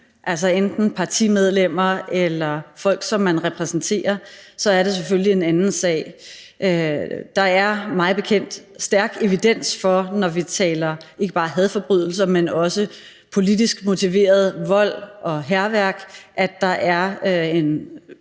altså enten partimedlemmer eller folk, som man repræsenterer, så selvfølgelig er en anden sag. Der er mig bekendt stærk evidens for, når vi taler ikke bare hadforbrydelser, men også politisk motiveret vold og hærværk, at der er en